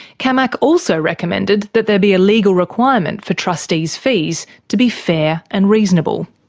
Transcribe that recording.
camac also recommended that there be a legal requirement for trustees' fees to be fair and reasonable.